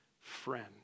friend